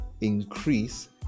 increase